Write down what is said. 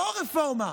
לא רפורמה.